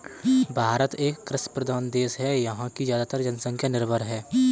भारत एक कृषि प्रधान देश है यहाँ की ज़्यादातर जनसंख्या निर्भर है